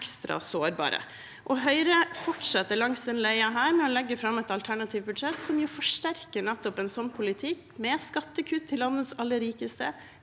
ekstra sårbare. Høyre fortsetter langs denne leia med å legge fram et alternativt budsjett som forsterker nettopp en sånn politikk, med skattekutt til landets aller rikeste,